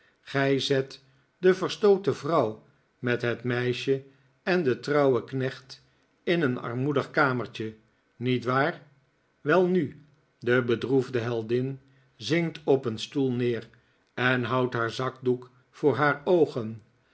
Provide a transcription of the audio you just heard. gij zet de verstooten vrouw met het meisje en den trouwen knecht in een armoedig kamertje niet waar welnu de bedroefde heldin zinkt op een stoel neer en houdt haar zakdoek voor haar oogen